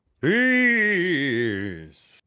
Peace